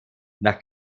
nach